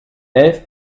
eve